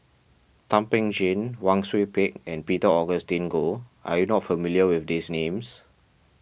Thum Ping Tjin Wang Sui Pick and Peter Augustine Goh are you not familiar with these names